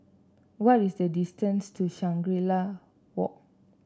what is the distance to Shangri La Walk